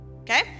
Okay